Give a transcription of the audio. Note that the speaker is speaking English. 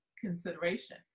consideration